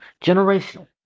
generational